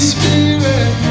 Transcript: Spirit